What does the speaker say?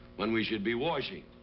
when we should be washing.